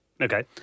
Okay